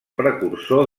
precursor